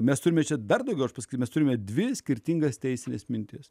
mestumėte dar daugiau paskui mes turime dvi skirtingas teisines mintis